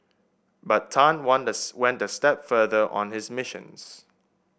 but Tan went a step further on his missions